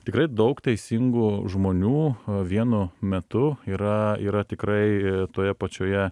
tikrai daug teisingų žmonių vienu metu yra yra tikrai toje pačioje